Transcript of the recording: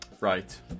Right